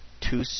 two